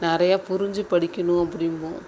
நிறைய புரிஞ்சு படிக்கணும் அப்படிம்போம்